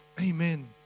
Amen